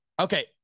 Okay